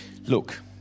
Look